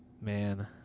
man